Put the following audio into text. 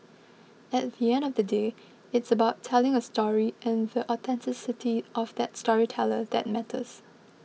at the end of the day it's about telling a story and the authenticity of that storyteller that matters